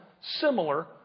similar